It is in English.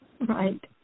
right